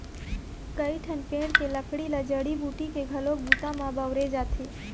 कइठन पेड़ के लकड़ी ल जड़ी बूटी के घलोक बूता म बउरे जाथे